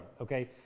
okay